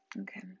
Okay